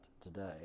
today